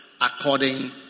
according